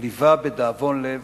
ליווה בדאבון לב